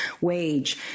wage